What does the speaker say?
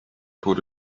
put